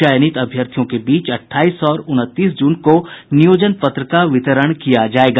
चयनित अभ्यर्थियों के बीच अठाईस और उनतीस जून को नियोजन पत्र का वितरण किया जायेगा